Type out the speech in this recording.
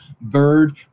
bird